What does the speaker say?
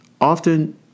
often